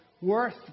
worth